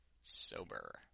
Sober